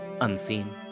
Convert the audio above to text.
Unseen